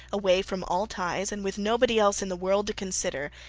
away from all ties and with nobody else in the world to consider,